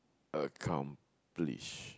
accomplish